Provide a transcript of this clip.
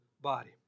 body